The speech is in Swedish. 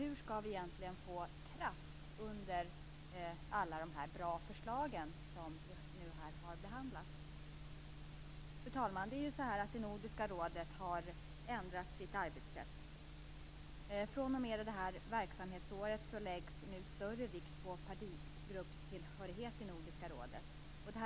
Hur skall vi egentligen få kraft för de bra förslagen som vi har behandlat? Fru talman! Nordiska rådet har ändrat sitt arbetssätt. fr.o.m. det här verksamhetsåret läggs större vikt på partigruppstillhörighet i Nordiska rådet.